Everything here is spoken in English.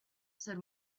said